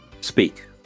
speak